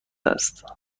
است